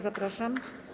Zapraszam.